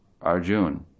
Arjuna